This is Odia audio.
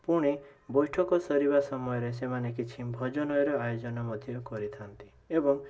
ପୁଣି ବୈଠକ ସରିବା ସମୟରେ ସେମାନେ କିଛି ଭୋଜନର ଆୟୋଜନ ମଧ୍ୟ କରିଥାନ୍ତି ଏବଂ